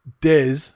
des